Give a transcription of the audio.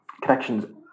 connection's